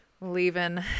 leaving